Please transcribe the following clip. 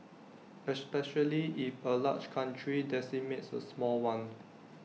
especially if A large country decimates A small one